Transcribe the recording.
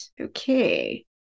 Okay